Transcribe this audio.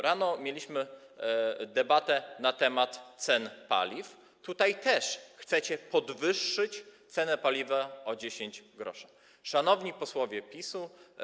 Rano mieliśmy debatę na temat cen paliw, bo chcecie podwyższyć cenę paliwa o 10 gr. Szanowni Posłowie PiS-u!